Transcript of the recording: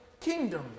kingdom